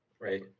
right